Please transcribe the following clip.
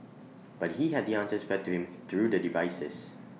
but he had the answers fed to him through the devices